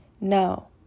no